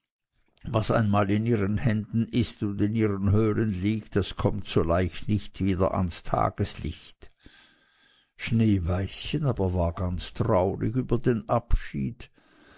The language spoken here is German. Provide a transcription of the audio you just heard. was einmal in ihren händen ist und in ihren höhlen liegt das kommt so leicht nicht wieder an des tages licht schneeweißchen war ganz traurig über den abschied